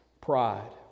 Pride